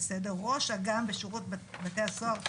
ראש אג"ם בשירות בתי הסוהר,